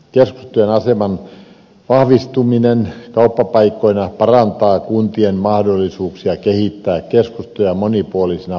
keskustojen aseman vahvistuminen kauppapaikkoina parantaa kuntien mahdollisuuksia kehittää keskustoja monipuolisina palvelukeskuksina